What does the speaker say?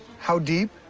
how deep?